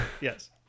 Yes